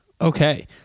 Okay